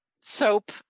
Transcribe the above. soap